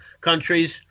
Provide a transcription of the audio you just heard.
countries